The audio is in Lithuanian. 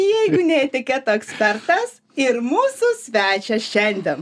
jeigu ne etiketo ekspertas ir mūsų svečias šiandien